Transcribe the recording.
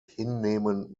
hinnehmen